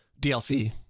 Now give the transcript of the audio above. DLC